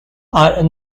are